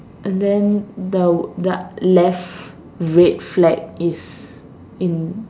and then the ya left red flag is in